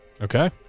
Okay